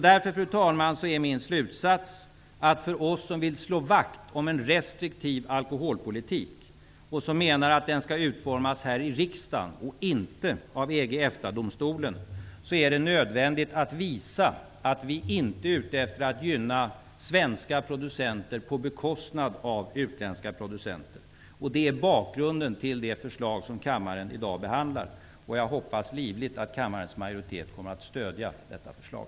Därför är min slutsats, fru talman, att det för oss som vill slå vakt om en restriktiv alkoholpolitik och som menar att den skall utformas här i riksdagen, inte av EG/EFTA-domstolen, är nödvändigt att visa att vi inte är ute efter att gynna svenska producenter på bekostnad av utländska producenter. Det är bakgrunden till det förslag som kammaren i dag behandlar. Jag hoppas livligt att kammarens majoritet kommer att stödja detta förslag.